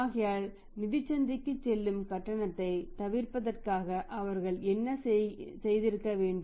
ஆகையால் நிதிச் சந்தைக்கு செல்லும் கட்டணத்தை தவிர்ப்பதற்காக அவர்கள் என்ன செய்திருக்க வேண்டும்